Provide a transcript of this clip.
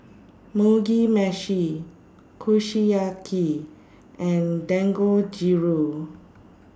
Mugi Meshi Kushiyaki and Dangojiru